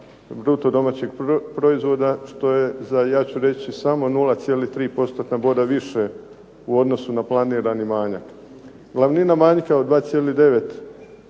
bruto domaćeg proizvoda što je za, ja ću reći samo, 0,3 postotna boda više u odnosu na planirani manjak. Glavnina manjka od 2,9%